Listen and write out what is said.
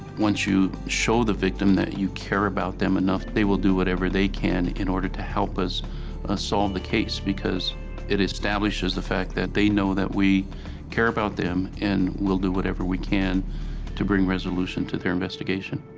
once you show the victim that you care about them enough, they will do whatever they can in order to help us ah solve the case, because it establishes the fact that they know that we care about them and will do whatever we can to bring resolution to their investigation.